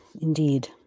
Indeed